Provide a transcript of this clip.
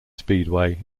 speedway